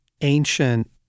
ancient